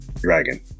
dragon